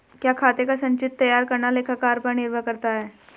क्या खाते का संचित्र तैयार करना लेखाकार पर निर्भर करता है?